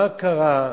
מה קרה?